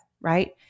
right